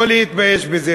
לא להתבייש בזה.